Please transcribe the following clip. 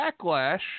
backlash